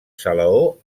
salaó